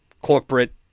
corporate